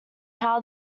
how